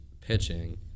pitching